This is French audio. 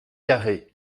carré